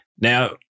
Now